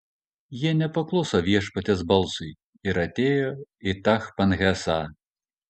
jie nepakluso viešpaties balsui ir atėjo į tachpanhesą